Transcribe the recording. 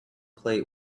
plate